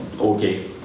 Okay